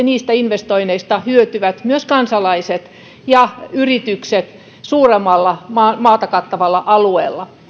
niistä investoinneista hyötyvät myös kansalaiset ja yritykset suuremmalla maan kattavalla alueella